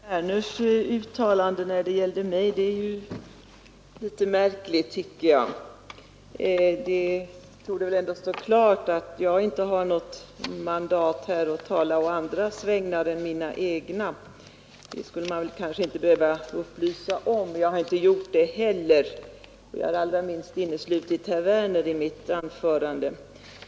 Nr 105 Fru talman! Herr Werners i Malmö uttalande när det gäller mig tycker Onsdagen den jag är litet märkligt. Det torde ändå stå klart att jag inte har något 30 maj 1973 mandat att tala å andras vägnar än mina egna. Det skulle jag inte behöva upplysa om. Jag har heller inte talat å andras vägnar, och jag har allra minst inneslutit herr Werner i Malmö i mitt anförande.